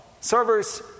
servers